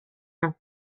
nhw